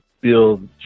build